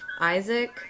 Isaac